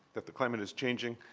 that the climate is changing,